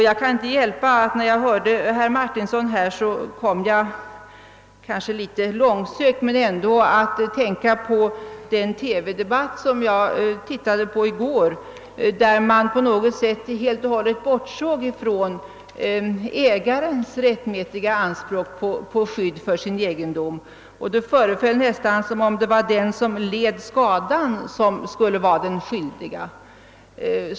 Jag kan inte hjälpa att när jag hörde herr Martinsson kom jag — kanske något långsökt, men ändå — att tänka på den TV-debatt som jag tittade på i går och där man helt och hållet bortsåg från ägarens rättmätiga anspråk på skydd för sin egendom. Det föreföll nästan som om det var den som led skadan, som skulle vara den skyldige.